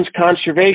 conservation